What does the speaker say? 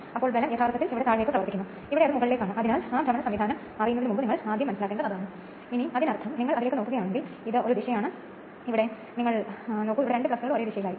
അതിനാൽ സ്റ്റേറ്റർ ഒരു ഉരുക്ക് ചട്ടക്കൂട് ഉൾക്കൊള്ളുന്നുണ്ടെങ്കിലും ഞാൻ ഇതിനകം പറഞ്ഞു ഇത് അടുക്കിയിരിക്കുന്ന ലാമിനേഷനുകൾ കൊണ്ട് നിർമ്മിച്ച പൊള്ളയായ സിലിണ്ടർ കോഡ് ഉൾക്കൊള്ളുന്നു ഇവിടെ ഇതാ ഇത് ഉരുക്ക്ഭാഗമാണ്